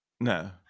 no